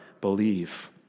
believe